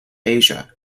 asia